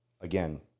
again